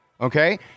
okay